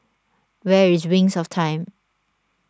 where is Wings of Time